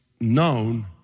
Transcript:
known